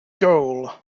goal